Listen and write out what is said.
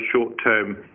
short-term